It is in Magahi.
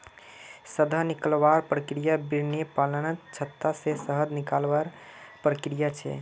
शहद निकलवार प्रक्रिया बिर्नि पालनत छत्ता से शहद निकलवार प्रक्रिया छे